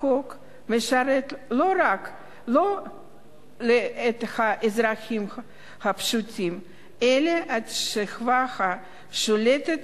שבה החוק משרת לא את האזרחים הפשוטים אלא את השכבה השולטת,